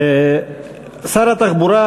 שר התחבורה,